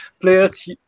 players